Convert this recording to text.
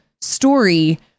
story